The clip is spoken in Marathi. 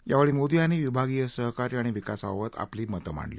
यावेळी मोदी यांनी विभागीय सहकार्य आणि विकासाबाबत आपली मतं मांडली